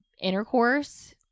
intercourse